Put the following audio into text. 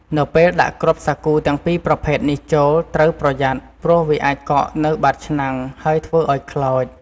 នៅពេលដាក់គ្រាប់សាគូទាំងពីរប្រភេទនេះចូល ត្រូវប្រយ័ត្នព្រោះវាអាចកកនៅបាតឆ្នាំង ហើយធ្វើឱ្យខ្លោច។